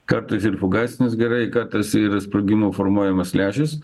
kartais ir fugasinis gerai kartais yra sprogimo formuojamas lęšis